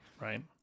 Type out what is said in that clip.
Right